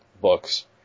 books